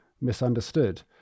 misunderstood